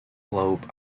globe